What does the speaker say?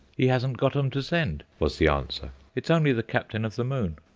he hasn't got em to send, was the answer. it's only the captain of the moon.